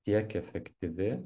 tiek efektyvi